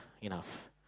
enough